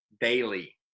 daily